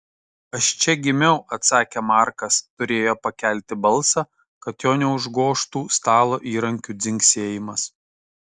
aš čia gimiau atsakė markas turėjo pakelti balsą kad jo neužgožtų stalo įrankių dzingsėjimas